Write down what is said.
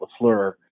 Lafleur